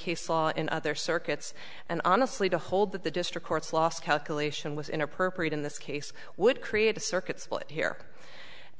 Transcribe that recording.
case law in other circuits and honestly to hold that the district court's loss calculation was inappropriate in this case would create a circuit split here